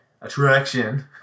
attraction